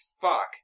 fuck